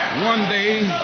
one day